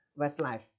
Westlife